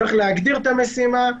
צריך להגדיר את המשימה,